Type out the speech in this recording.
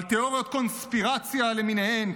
על תיאוריות קונספירציה למיניהן,